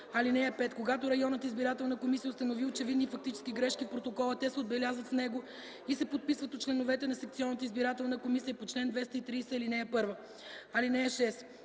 комисия. (5) Когато общинската избирателна комисия установи очевидни фактически грешки в протоколите, те се отбелязват в тях и се подписват от членовете на секционната избирателна комисия по чл. 231, ал. 1. (6)